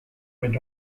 with